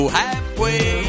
halfway